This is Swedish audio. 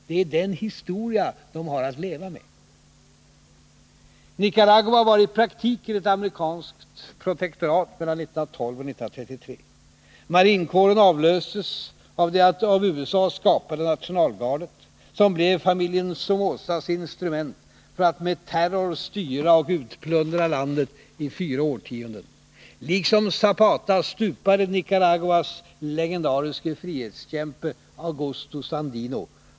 Det är den historia man har att leva med. Marinkåren avlöstes av det av USA skapade nationalgardet, som blev familjen Somozas instrument för att med terror styra och utplundra landet i fyra årtionden. Liksom Zapata stupade Nicaraguas legendariske frihetskämpe, Augusto Sandino.